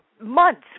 months